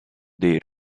dei